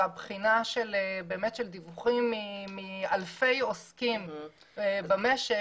והבחינה של דיווחים מאלפי עוסקים במשק